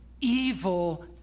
evil